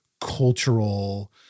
cultural